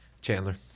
Chandler